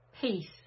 Peace